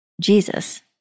Jesus